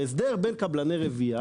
והסדר בין קבלני רבייה.